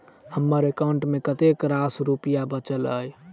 हम्मर एकाउंट मे कतेक रास रुपया बाचल अई?